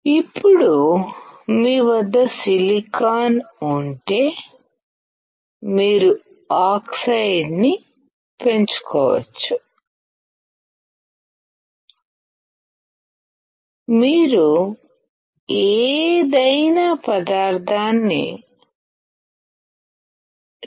ఇప్పుడు మీ వద్ద సిలికాన్ ఉంటే మీరు ఆక్సైడ్ను పెంచుకోవచ్చు మీరు ఏదైనా పదార్థాన్ని డిపాజిట్ చేయవచ్చు